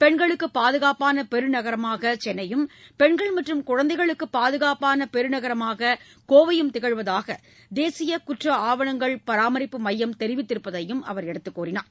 பெண்களுக்கு பாதுகாப்பான பெருநகரமாக சென்னையும் பெண்கள் மற்றும் குழந்தைகளுக்கு பாதுகாப்பான பெருநகரமாக கோவையும் திகழ்வதாக தேசிய குற்ற ஆவணங்கள் பராமரிப்பு மையம் தெரிவித்திருப்பதையும் அவர் எடுத்துக்கூறினார்